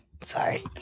sorry